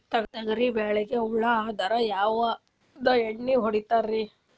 ತೊಗರಿಬೇಳಿಗಿ ಹುಳ ಆದರ ಯಾವದ ಎಣ್ಣಿ ಹೊಡಿತ್ತಾರ?